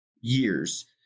years